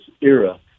era